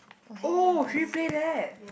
oh should we play that